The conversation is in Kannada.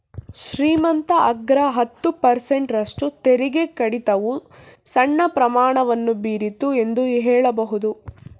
ಶ್ರೀಮಂತ ಅಗ್ರ ಹತ್ತು ಪರ್ಸೆಂಟ್ ರಷ್ಟು ತೆರಿಗೆ ಕಡಿತವು ಸಣ್ಣ ಪರಿಣಾಮವನ್ನು ಬೀರಿತು ಎಂದು ಹೇಳಬಹುದು